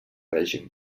règim